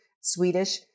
Swedish